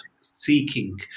seeking